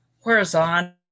horizontal